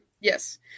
Yes